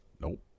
Nope